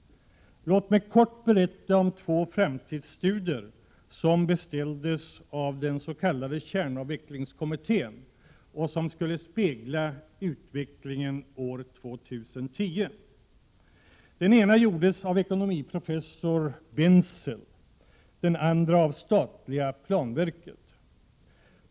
Låt mig kort berätta om två framtidsstudier som beställdes av den s.k. kärnavvecklingskommittén och som skulle spegla utvecklingen år 2010. Den ena gjordes av ekonomiprofessor Bentzel, den andra av det statliga planverket.